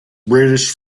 british